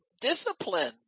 discipline